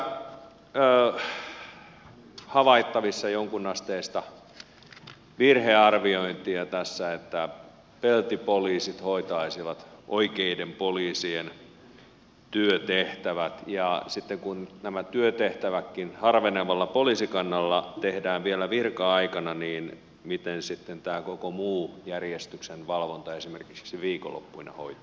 onko tässä havaittavissa jonkinasteista virhearviointia tässä että peltipoliisit hoitaisivat oikeiden poliisien työtehtävät ja sitten kun nämä työtehtävätkin harvenevalla poliisikannalla tehdään vielä virka aikana niin miten sitten tämä koko muu järjestyksenvalvonta esimerkiksi viikonloppuina hoituu